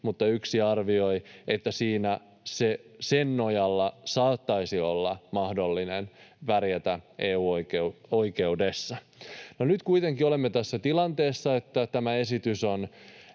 mutta yksi arvioi — niin sen nojalla saattaisi olla mahdollista pärjätä EU-oikeudessa. No, nyt kuitenkin olemme tässä tilanteessa, että tämä esitys on